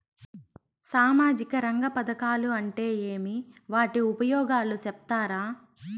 సామాజిక రంగ పథకాలు అంటే ఏమి? వాటి ఉపయోగాలు సెప్తారా?